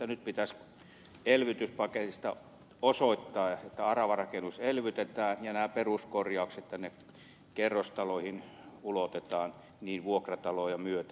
nyt pitäisi elvytyspaketissa osoittaa että aravarakennus elvytetään ja nämä peruskorjaukset kerrostaloihin ulotetaan vuokrataloja myöten